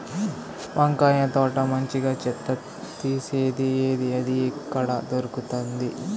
వంకాయ తోట మంచిగా చెత్త తీసేది ఏది? అది ఎక్కడ దొరుకుతుంది?